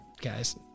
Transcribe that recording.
guys